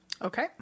Okay